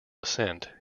assent